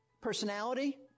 personality